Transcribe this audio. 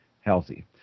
healthy